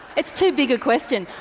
it's too big a question,